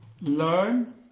learn